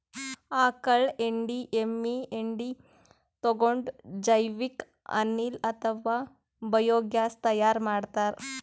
ಆಕಳ್ ಹೆಂಡಿ ಎಮ್ಮಿ ಹೆಂಡಿ ತಗೊಂಡ್ ಜೈವಿಕ್ ಅನಿಲ್ ಅಥವಾ ಬಯೋಗ್ಯಾಸ್ ತೈಯಾರ್ ಮಾಡ್ತಾರ್